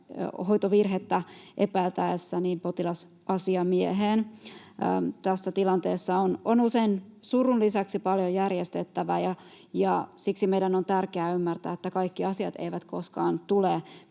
hoitovirhettä epäiltäessä. Tässä tilanteessa on usein surun lisäksi paljon järjestettävää, ja siksi meidän on tärkeää ymmärtää, että kaikki asiat eivät koskaan tule